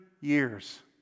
years